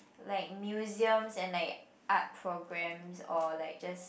like museums and like art programs or like just